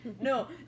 no